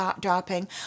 dropping